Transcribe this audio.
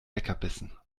leckerbissen